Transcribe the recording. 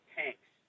tanks